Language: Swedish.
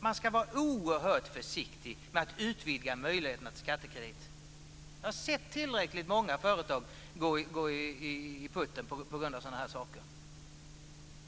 Man ska vara oerhört försiktig med att utvidga möjligheterna till skattekredit. Jag har sett tillräckligt många företag gå i putten på grund av sådana saker.